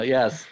Yes